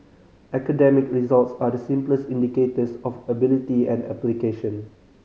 academic results are the simplest indicators of ability and application